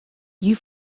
you